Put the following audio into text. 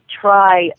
try